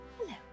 Hello